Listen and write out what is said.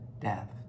death